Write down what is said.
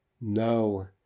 No